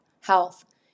health